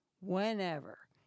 whenever